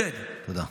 תודה.